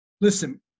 Listen